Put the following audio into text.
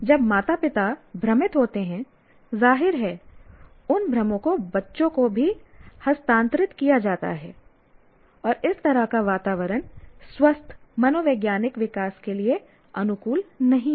जब माता पिता भ्रमित होते हैं जाहिर है उन भ्रमों को बच्चों को भी हस्तांतरित किया जाता है और इस तरह का वातावरण स्वस्थ मनोवैज्ञानिक विकास के लिए अनुकूल नहीं है